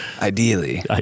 Ideally